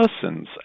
persons